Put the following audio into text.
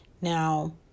Now